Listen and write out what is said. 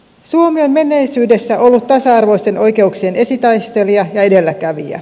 suomi on menneisyydessä ollut tasa arvoisten oikeuksien esitaistelija ja edelläkävijä